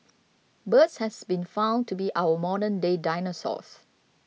birds has been found to be our modern day dinosaurs